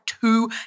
two